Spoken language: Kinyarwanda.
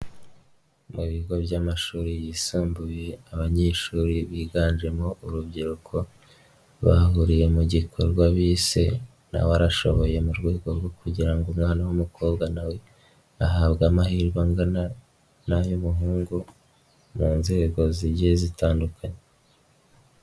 Mu bigo by'amashuri yisumbuye, abanyeshuri biganjemo urubyiruko bahuriye mu gikorwa bise Na we arashoboye, mu rwego rwo kugira umwana w'umukobwa na we ahabwe amahirwe angana n'ay'umuhungu mu nzego zigiye zitandukanye.